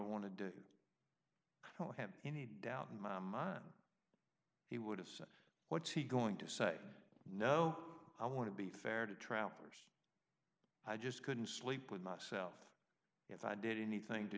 want to do it i don't have any doubt in my mind he would have said what's he going to say no i want to be fair to trapper's i just couldn't sleep with myself if i did anything to